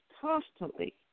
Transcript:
constantly